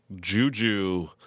Juju